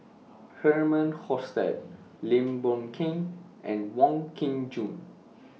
Herman Hochstadt Lim Boon Keng and Wong Kin Jong